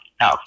No